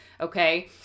Okay